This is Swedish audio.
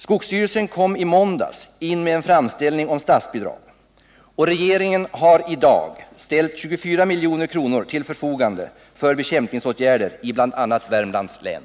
Skogsstyrelsen kom i måndags in med en framställning om statsbidrag, och regeringen har i dag ställt 24 milj.kr. till förfogande för bekämpningsåtgärder i bl.a. Värmlands län.